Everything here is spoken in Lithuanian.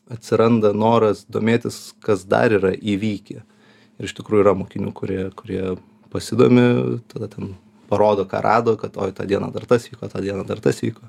atsiranda noras domėtis kas dar yra įvykę ir iš tikrųjų yra mokinių kurie kurie pasidomi tada ten parodo ką rado kad oi tą dieną dar tas vyko tą dieną dar tas vyko